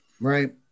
right